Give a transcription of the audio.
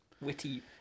witty